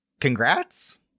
Congrats